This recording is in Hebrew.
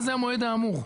מה זה המועד האמור?